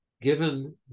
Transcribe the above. given